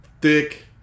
thick